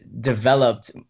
developed